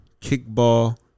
Kickball